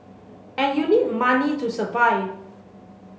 and you need money to survive